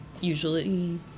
usually